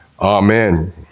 Amen